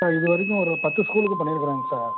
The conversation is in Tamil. சார் இது வரைக்கும் ஒரு பத்து ஸ்கூலுக்கு பண்ணிருக்கிறோங்க சார்